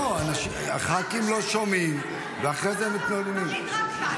לא, ח"כים לא שומעים ואחרי זה הם מתלוננים.